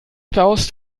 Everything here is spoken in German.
baust